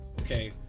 okay